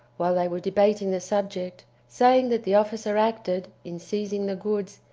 while they were debating the subject, saying that the officer acted, in seizing the goods,